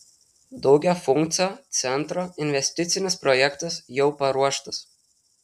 daugiafunkcio centro investicinis projektas jau paruoštas